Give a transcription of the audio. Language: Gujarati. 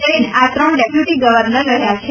જૈન આ ત્રણ ડેપ્યુટી ગર્વનર રહ્યા છે